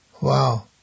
Wow